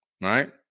right